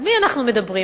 על מי אנחנו מדברים?